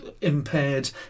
impaired